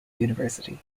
university